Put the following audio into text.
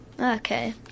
Okay